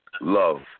love